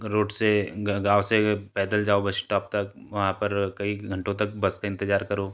road से गाँव से पैदल जाओ बस स्टॉप तक वहाँ पर कई घंटों तक बस का इंतजार करो